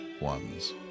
ones